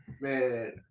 man